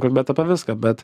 kalbėt apie viską bet